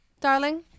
Darling